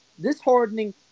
disheartening